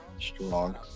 Strong